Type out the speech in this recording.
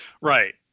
right